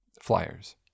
flyers